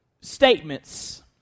statements